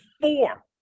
four